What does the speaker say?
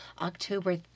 october